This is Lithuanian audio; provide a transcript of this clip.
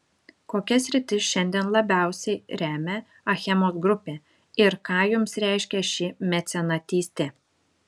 kokias sritis šiandien labiausiai remia achemos grupė ir ką jums reiškia ši mecenatystė